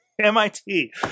MIT